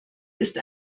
ist